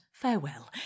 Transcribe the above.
farewell